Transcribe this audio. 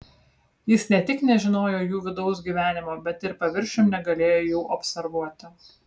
jis ne tik nežinojo jų vidaus gyvenimo bet ir paviršium negalėjo jų observuoti